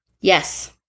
Yes